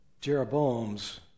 Jeroboam's